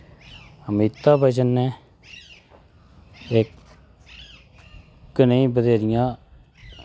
अमीता बचन नै इक नेईं बथ्हेरियां